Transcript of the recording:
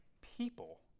people